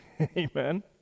amen